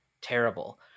terrible